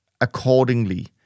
accordingly